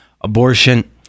abortion